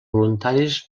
voluntaris